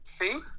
See